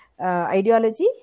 ideology